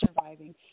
surviving